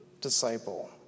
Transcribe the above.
disciple